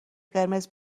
قرمز